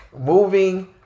Moving